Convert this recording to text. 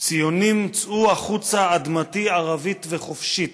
ציונים, צאו החוצה, אדמתי ערבית וחופשית.